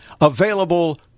available